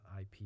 IP